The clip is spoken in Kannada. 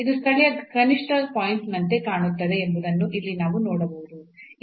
ಇದು ಸ್ಥಳೀಯ ಕನಿಷ್ಠ ಪಾಯಿಂಟ್ ನಂತೆ ಕಾಣುತ್ತದೆ ಎಂಬುದನ್ನು ಇಲ್ಲಿ ನಾವು ನೋಡಬಹುದು